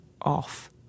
off